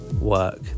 work